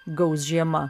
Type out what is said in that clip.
gaus žiema